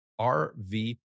RV